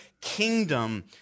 kingdom